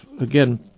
again